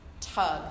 tug